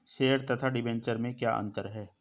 Share तथा debenture में क्या अंतर है?